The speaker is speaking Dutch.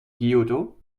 kyoto